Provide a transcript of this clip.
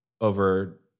over